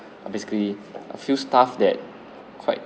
uh basically a few staff that quite